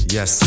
Yes